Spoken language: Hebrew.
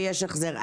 ויש החזר.